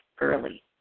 early